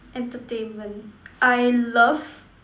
entertainment I love